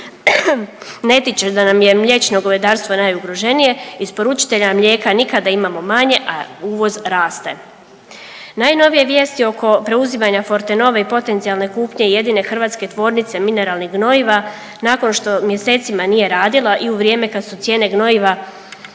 ne tiče da nam je mliječno govedarstvo najugroženije isporučitelja mlijeka nikada imamo manje, a uvoz raste. Najnovije vijesti oko preuzimanja Fortenove i potencijalne kupnje jedine hrvatske tvornice mineralnih gnojiva nakon što mjesecima nije radila i u vrijeme kad su cijene gnojiva